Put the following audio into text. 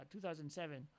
2007